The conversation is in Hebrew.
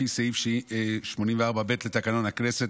לפי סעיף 84(ב) לתקנון הכנסת,